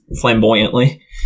flamboyantly